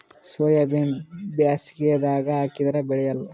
ಸೋಯಾಬಿನ ಬ್ಯಾಸಗ್ಯಾಗ ಹಾಕದರ ಬೆಳಿಯಲ್ಲಾ?